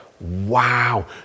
wow